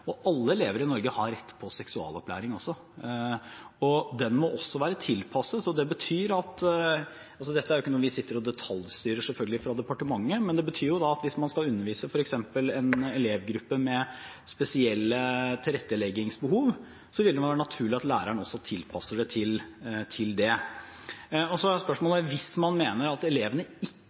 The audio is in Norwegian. Alle elever i Norge har rett på seksualopplæring, og den må også være tilpasset. Dette er selvfølgelig ikke noe vi sitter og detaljstyrer fra departementet, men det betyr jo at hvis man f.eks. skal undervise en elevgruppe med spesielle tilretteleggingsbehov, vil det være naturlig at læreren også tilpasser det til det. Så er spørsmålet: Hvis man mener at elevene ikke